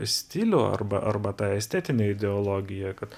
stilių arba arba tą estetinę ideologiją kad